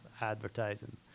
advertising